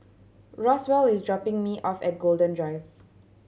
Roswell is dropping me off at Golden Drive